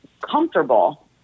comfortable